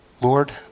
lord